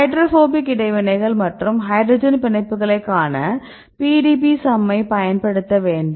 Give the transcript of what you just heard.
hydrophobic இடைவினைகள் மற்றும் hydrogen பிணைப்புகளை காண PDBsum ஐ பயன்படுத்த வேண்டும்